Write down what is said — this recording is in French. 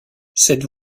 cette